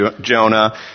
Jonah